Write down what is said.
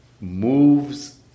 moves